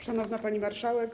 Szanowna Pani Marszałek!